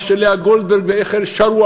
מה שלאה גולדברג ורחל שרו,